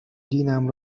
دینم